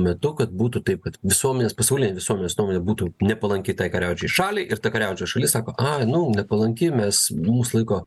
metu kad būtų taip kad visuomenės pasaulinė visuomenės nuomomė būtų nepalanki tai kariaujančiai šaliai ir ta kariaujančio šalis sako ai nu nepalanki mes mus laiko